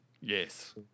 Yes